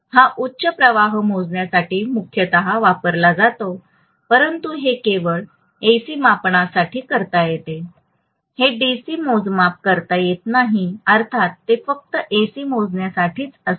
हा उच्च प्रवाह मोजण्यासाठी मुख्यतः वापरला जातो परंतु हे केवळ एसी मापनासाठी करता येते हे डीसी मोजमाप करता येत नाही अर्थात ते फक्त एसी मोजण्यासाठीच असते